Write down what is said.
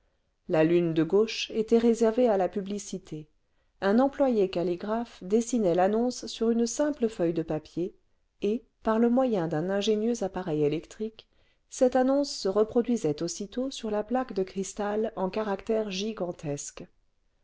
la lune de gauche était réservée à la publicité un employé calligraphe dessinait l'annonce sur une simple feuille de papier et par le moyen d'un ingénieux appareil électrique cette annonce se reproduisait aussitôt sur la plaque de cristal en caractères gigantesques